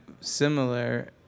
similar